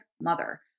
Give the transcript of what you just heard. mother